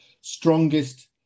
strongest